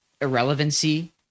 irrelevancy